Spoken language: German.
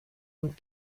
und